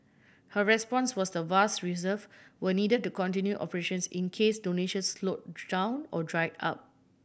her response was the vast reserve were need to continue operations in case donations slow down or dried up